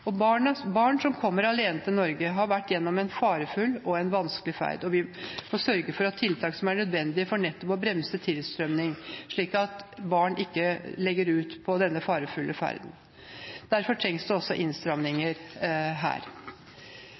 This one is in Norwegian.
over oss. Barn som kommer alene til Norge, har vært igjennom en farefull og vanskelig ferd. Vi må sørge for tiltak som er nødvendige for nettopp å bremse tilstrømningen, slik at barn ikke legger ut på denne farefulle ferden. Derfor trengs det også innstramninger her.